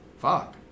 Fuck